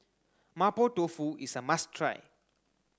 Mapo Tofu is a must try